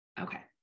Okay